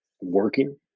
working